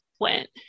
went